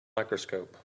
microscope